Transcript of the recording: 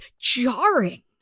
jarring